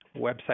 website